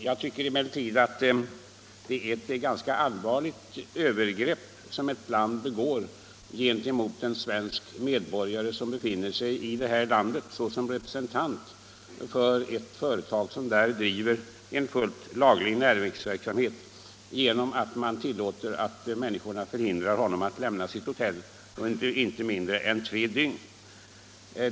Jag tycker emellertid att det är ett ganska allvarligt övergrepp som detta land begått gentemot en svensk medborgare — som befann sig i landet som representant för ett företag som där bedriver en fullt laglig näringsverksamhet — genom att tillåta att människorna hindrar honom att lämna sitt hotell under inte mindre än tre dygn.